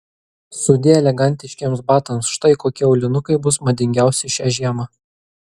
sudie elegantiškiems batams štai kokie aulinukai bus madingiausi šią žiemą